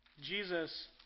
Jesus